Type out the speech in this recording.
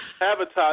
advertise